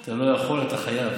אתה לא יכול, אתה חייב.